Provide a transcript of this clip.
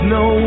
no